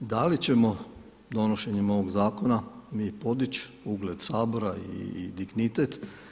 Da li ćemo donošenjem ovog zakona mi podići ugled Sabora i dignitet?